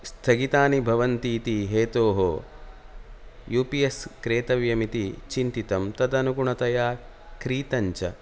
स्थगितानि भवन्ति इति हेतोः यू पि यस् क्रेतव्यमिति चिन्तितं तदनुगूणतया क्रीतञ्च